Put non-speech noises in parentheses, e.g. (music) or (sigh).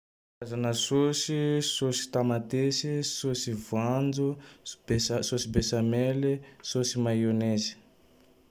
Karazagne sôsy: sôsy tamatesy, sôsy voanjo, sôsy (hesitation) besamely, sôsy maiônaizy.